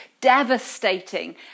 devastating